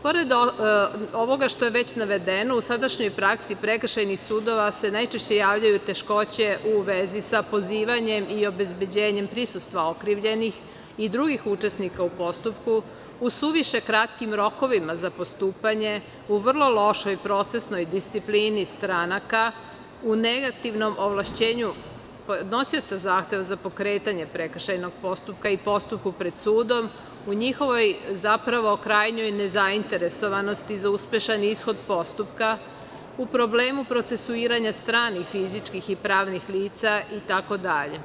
Pored ovoga što je već navedeno, u sadašnjoj praksi prekršajnih sudova se najčešće javljaju teškoće u vezi sa pozivanjem i obezbeđenjem prisustva okrivljenih i drugih učesnika u postupku u suviše kratkim rokovima za postupanje u vrlo lošoj procesnoj disciplini stranaka, u negativnom ovlašćenju podnosioca zahteva za pokretanje prekršajnog postupka i postupku pred sudom, u njihovoj, zapravo krajnjoj nezainteresovanosti za uspešan ishod postupka, u problemu procesuiranja stranih fizičkih i pravnih lica itd.